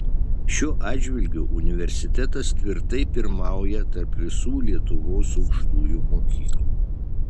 šiuo atžvilgiu universitetas tvirtai pirmauja tarp visų lietuvos aukštųjų mokyklų